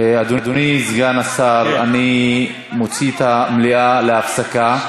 אדוני סגן השר, אני מוציא את המליאה להפסקה,